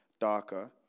darker